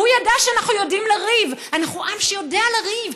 הוא ידע שאנחנו יודעים לריב,